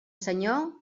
senyor